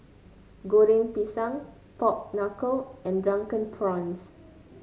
Goreng Pisang Pork Knuckle and Drunken Prawns